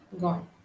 Gone